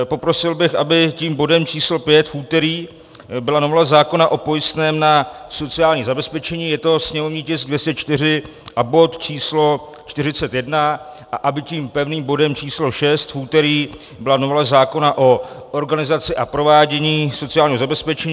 Poprosil bych, aby bodem číslo 5 v úterý byla novela zákona o pojistném na sociální zabezpečení, je to sněmovní tisk 204 a bod číslo 41, a aby tím pevným bodem číslo 6 v úterý byla novela zákona o organizaci a provádění sociálního zabezpečení.